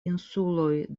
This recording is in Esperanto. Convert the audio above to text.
insuloj